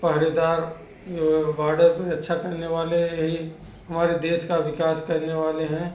पहरेदार ये बॉडर पे रक्षा करने वाले यही हमारे देश का विकास करने वाले हैं